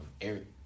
Eric